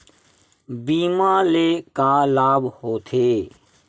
बीमा ले का लाभ होथे?